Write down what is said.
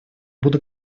буду